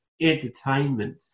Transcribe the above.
entertainment